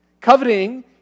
Coveting